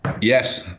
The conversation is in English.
Yes